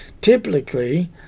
Typically